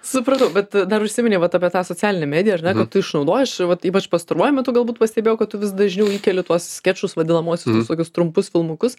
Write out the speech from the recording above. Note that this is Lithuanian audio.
supratau bet dar užsiminei vat apie tą socialinę mediją ar ne kad tu išnaudoji aš vat ypač pastaruoju metu galbūt pastebėjau kad tu vis dažniau įkeli tuos skečus vadinamuosius visokius trumpus filmukus